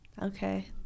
Okay